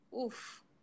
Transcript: Oof